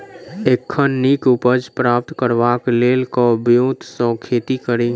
एखन नीक उपज प्राप्त करबाक लेल केँ ब्योंत सऽ खेती कड़ी?